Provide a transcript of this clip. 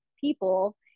people